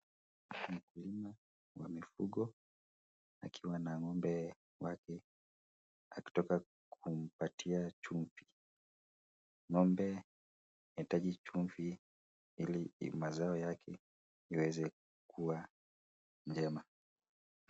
Mkulima wa mifugo akiwa na ng'ombe wake, akitoka kumpatia chumvi.Ng'ombe anahitaji chumvi ili mazao yake iweze kuwa njema.